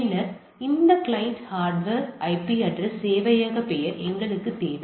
பின்னர் அந்த client hardware address சேவையக பெயர் எங்களுக்குத் தேவை